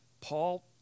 Paul